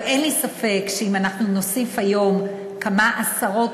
אבל אין לי ספק שאם אנחנו נוסיף היום כמה עשרות